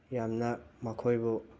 ꯌꯥꯝꯅ ꯃꯈꯣꯏꯕꯨ